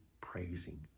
praising